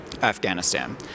Afghanistan